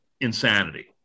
insanity